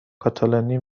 کاتالانی